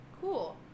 Cool